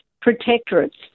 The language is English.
protectorates